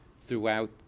throughout